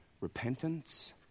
repentance